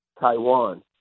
Taiwan